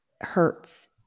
hurts